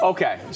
Okay